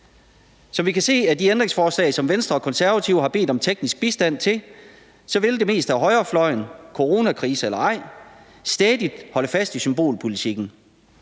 Som vi kan se af de ændringsforslag, som Venstre og Konservative har bedt om teknisk bistand til, vil det meste af højrefløjen, coronakrise eller ej, stædigt holde fast i symbolpolitikken.